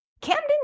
Camden